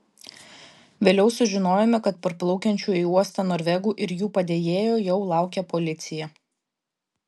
vėliau sužinojome kad parplaukiančių į uostą norvegų ir jų padėjėjo jau laukė policija